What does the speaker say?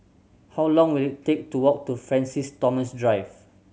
how long will it take to walk to Francis Thomas Drive